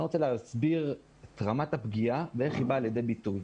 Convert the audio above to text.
אני רוצה להסביר את רמת הפגיעה ואיך היא באה לידי ביטוי.